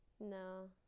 no